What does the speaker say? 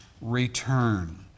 return